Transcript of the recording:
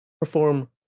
perform